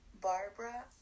Barbara